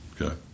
Okay